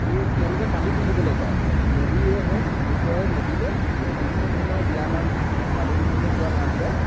এই তেওঁলোকে পানী তুলিবলৈ যায় নদীয়ে হওক ওচৰৰে নদীলৈ বিভিন্ন ধৰণৰ বিয়া নাম পানী তুলিবলৈ যোৱা নাম গাই